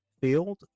field